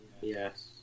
Yes